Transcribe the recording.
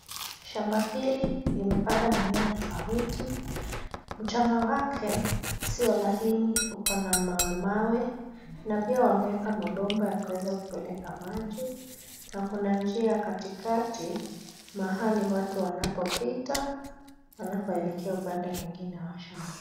Shamba hili limepandwa mimea tofauti, mchanga wake sio laini uko na mawe mawe na pia wameweka mabomba yanayopeleka maji, na kuna njia katikati, mahali watu wanapopita, wanapoelekea upande mwingine wa shamba.